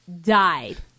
died